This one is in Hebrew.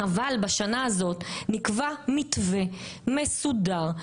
אבל בשנה הזאת נקבע מתווה מסודר,